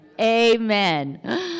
Amen